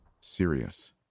Serious